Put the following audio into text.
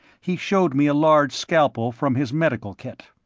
he showed me a large scalpel from his medical kit.